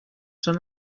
són